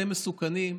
אתם מסוכנים כי,